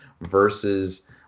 versus